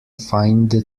feinde